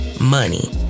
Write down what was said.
money